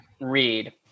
read